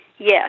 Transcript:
Yes